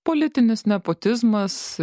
politinis nepotizmas